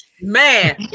Man